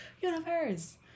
Universe